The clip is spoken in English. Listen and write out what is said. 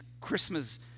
Christmas